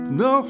no